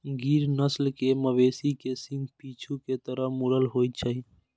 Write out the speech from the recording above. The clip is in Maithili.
गिर नस्ल के मवेशी के सींग पीछू के तरफ मुड़ल होइ छै